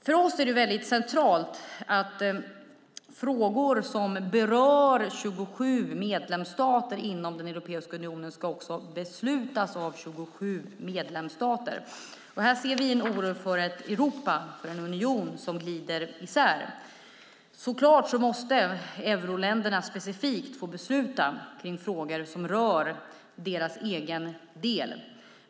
För oss är det centralt att frågor som berör 27 medlemsstater inom Europeiska unionen också ska beslutas av 27 medlemsstater. Vi ser en oro för ett Europa och en union som glider isär. Euroländerna måste naturligtvis få besluta i frågor som rör dem specifikt.